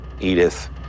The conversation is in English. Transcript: Edith